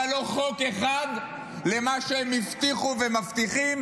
אבל לא חוק אחד למה שהם הבטיחו ומבטיחים